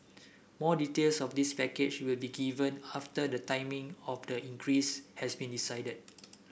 more details of this package will be given after the timing of the increase has been decided